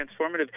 transformative